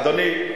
אדוני,